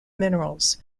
minerals